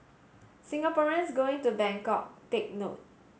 Singaporeans going to Bangkok take note